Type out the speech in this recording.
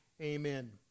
amen